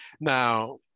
Now